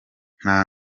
nta